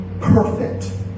perfect